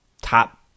top